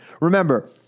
Remember